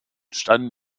standen